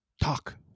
talk